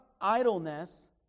idleness